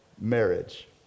marriage